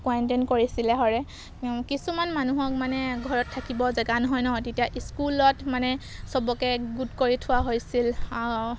quarantine কৰিছিলে হৰে কিছুমান মানুহক মানে ঘৰত থাকিব জেগা নহয় নহয় তেতিয়া স্কুলত মানে চবকে গোট কৰি থোৱা হৈছিল